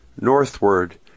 Northward